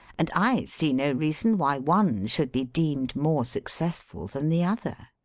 and i see no reason why one should be deemed more successful than the other.